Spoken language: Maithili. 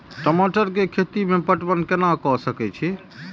टमाटर कै खैती में पटवन कैना क सके छी?